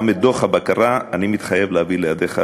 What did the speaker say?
גם את דוח הבקרה אני מתחייב להביא לידיך,